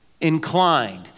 inclined